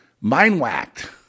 mind-whacked